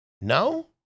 No